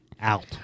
out